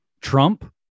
Trump